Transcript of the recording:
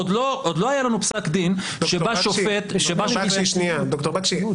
עוד לא היה לנו פסק דין שבא שופט --- ד"ר בקשי,